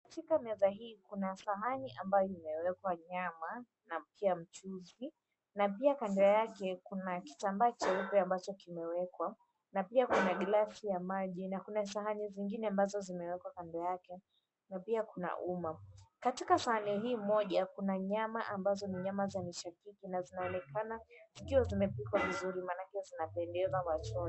Katika meza hii kuna sahani ambayo imewekwa nyama na pia mchuzi. Na pia kando yake kuna kitambaa cheupe ambacho kimewekwa na pia kuna glasi ya maji na kuna sahani zingine ambazo zimewekwa kando yake na pia kuna uma. Katika sahani hii moja, kuna nyama ambazo ni nyama za mishakiki na zinaonekana sio zimepikwa vizuri maanake zinapendeza machoni.